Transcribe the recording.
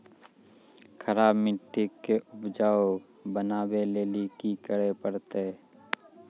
खराब मिट्टी के उपजाऊ बनावे लेली की करे परतै?